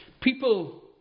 People